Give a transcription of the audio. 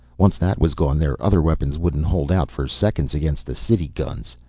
once that was gone their other weapons wouldn't hold out for seconds against the city guns.